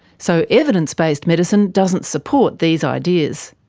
so evidence-based medicine doesn't support these ideas.